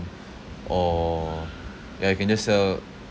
or ya you can just sell